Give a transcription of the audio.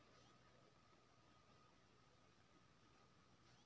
माटिमे कंडीशनर मिलेने सँ उपजा नीक होए छै